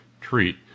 treat